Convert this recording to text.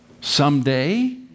Someday